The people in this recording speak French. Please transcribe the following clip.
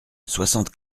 soixante